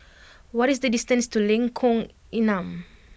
what is the distance to Lengkong Enam